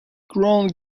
ground